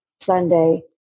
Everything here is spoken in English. Sunday